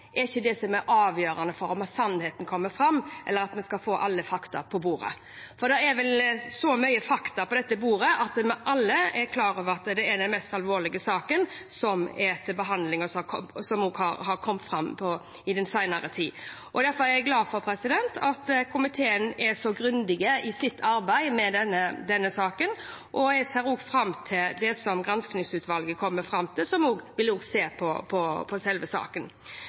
vi skal få alle fakta på bordet. Det er så mye fakta på dette bordet at vi alle er klar over at dette er den mest alvorlige saken som er til behandling, og som også har kommet fram i den senere tid. Derfor er jeg glad for at komiteen er så grundig i sitt arbeid med denne saken. Jeg ser fram til det granskningsutvalget, som også vil se på selve saken, kommer fram til. Fremskrittspartiet var også med i posisjon og var enig i at det ble sendt et brev i desember, to ganger, og